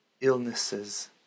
illnesses